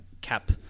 cap